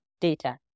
data